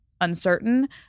uncertain